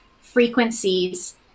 frequencies